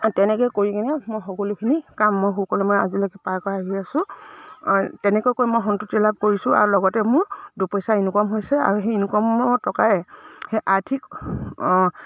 তেনেকৈ কৰি কিনে মই সকলোখিনি কাম মই সকলো মই আজিলৈকে পাৰ কৰাই আহি আছোঁ তেনেকৈ কৈ মই সন্তুতি লাভ কৰিছোঁ আৰু লগতে মোৰ দুপইচা ইনকাম হৈছে আৰু সেই ইনকামৰ টকাৰে সেই আৰ্থিক